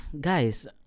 guys